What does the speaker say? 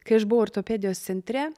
kai aš buvau ortopedijos centre